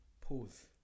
Pause